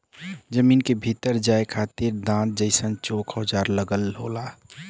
जमीन के भीतर जाये खातिर दांत जइसन चोक औजार लगल होला